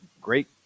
great